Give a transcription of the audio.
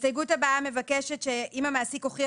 ההסתייגות הבאה מבקשת שאם המעסיק הוכיח